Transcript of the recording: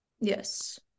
Yes